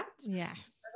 Yes